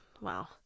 wow